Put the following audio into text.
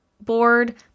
board